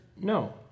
no